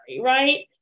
right